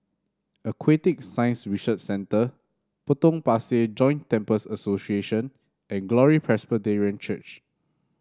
Aquatic Science Research Centre Potong Pasir Joint Temples Association and Glory Presbyterian Church